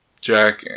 Jack